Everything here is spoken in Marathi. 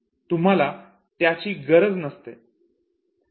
तुम्हाला त्याची गरज नसते